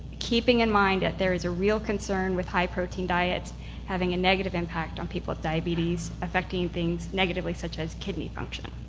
keeping in mind that there is a real concern with high protein diets having a negative impact on people with diabetes affecting things negatively such as kidney function.